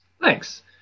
Thanks